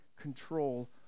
control